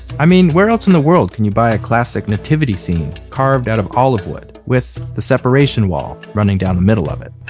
i mean, where else in the world can you buy a classic nativity scene carved out of olive wood, with the separation wall running down the middle of it?